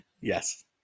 Yes